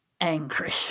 angry